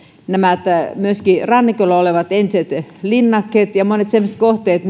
myöskin nämä rannikolla olevat entiset linnakkeet ja monet semmoiset kohteet